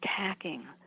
attacking